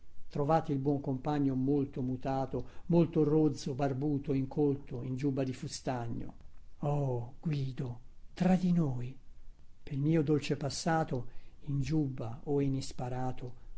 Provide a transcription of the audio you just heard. trovate il buon compagno molto mutato molto rozzo barbuto incolto in giubba di fustagno oh guido tra di noi pel mio dolce passato in giubba o in isparato